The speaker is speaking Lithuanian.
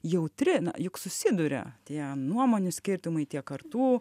jautri juk susiduria tie nuomonių skirtumai tiek kartų